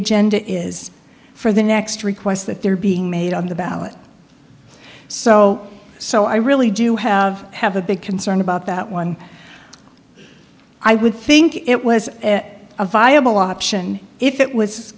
agenda is for the next request that they're being made on the ballot so so i really do have have a big concern about that one i would think it was a viable option if it was